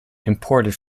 imported